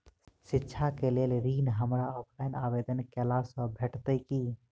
शिक्षा केँ लेल ऋण, हमरा ऑफलाइन आवेदन कैला सँ भेटतय की?